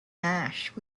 ash